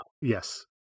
Yes